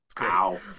Wow